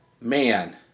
Man